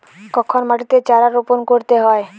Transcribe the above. কখন মাটিতে চারা রোপণ করতে হয়?